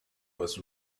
was